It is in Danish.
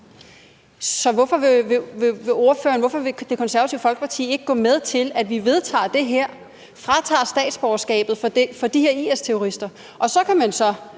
så hvorfor vil Det Konservative Folkeparti så ikke gå med til, at vi vedtager det her, altså fratager statsborgerskabet for de her IS-terrorister? Og så kan man måske